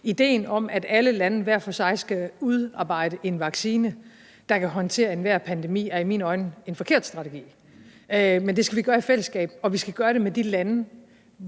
ideen om, at alle lande hver for sig skal udarbejde en vaccine, der kan håndtere enhver pandemi, i mine øjne er en forkert strategi. Men det skal vi gøre i fællesskab, og vi skal gøre det med de lande,